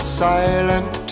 silent